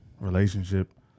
Relationship